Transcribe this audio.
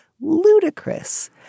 ludicrous